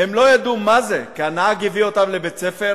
הם לא ידעו מה זה, כי הנהג הביא אותם לבית-הספר,